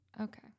Okay